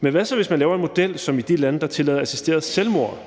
Men hvad så, hvis man i stedet for laver en model ligesom i de lande, der tillader assisteret selvmord?